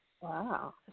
Wow